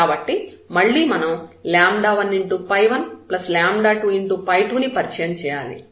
కాబట్టి మళ్ళీ మనం 1 12 2 ని పరిచయం చేయాలి